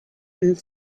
and